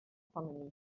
femení